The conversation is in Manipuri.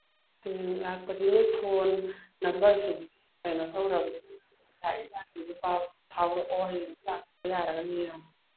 ꯍꯌꯦꯡ ꯂꯥꯛꯄꯗꯤ ꯅꯣꯏ ꯐꯣꯟ ꯅꯝꯕꯔꯁꯤ ꯀꯩꯅꯣ ꯇꯧꯔꯕꯅꯤ ꯑꯗꯨꯅ ꯂꯥꯛꯏ ꯂꯥꯛꯇꯦꯗꯨ ꯄꯥꯎꯔꯛꯑꯣ ꯍꯌꯦꯡꯁꯤ ꯂꯥꯛꯄ ꯌꯥꯔꯒꯗꯤ ꯌꯦꯡꯉꯣ